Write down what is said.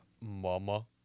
Mama